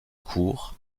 courts